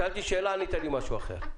שאלתי שאלה, ענית לי משהו אחר.